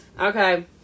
okay